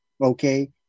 okay